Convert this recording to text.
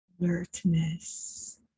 alertness